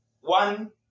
One